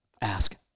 ask